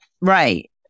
Right